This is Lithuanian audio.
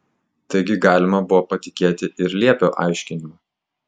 taigi galima buvo patikėti ir liepio aiškinimu